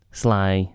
sly